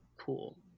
cool